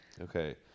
Okay